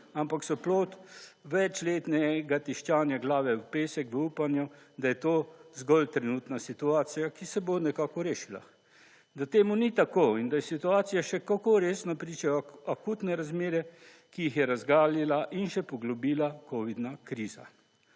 ampak so plod večletnega tiščanja glave v pesek v upanju, da je to zgolj trenutna situacija, ki se bo nekako rešila. Da temu ni tako in da je situacija še kako resna pričajo akutne razmere, ki jih je razgalila in še poglobila kovidna kriza.